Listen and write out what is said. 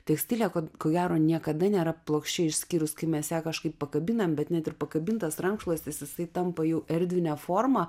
tekstilė ko gero niekada nėra plokščia išskyrus kai mes ją kažkaip pakabinam bet net ir pakabintas rankšluostis jisai tampa jau erdvine forma